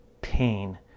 pain